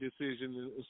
decision